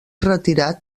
retirat